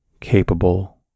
capable